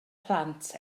plant